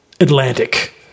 Atlantic